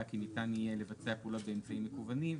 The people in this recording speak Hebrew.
כי ניתן יהיה לבצע פעולות באמצעים מקוונים".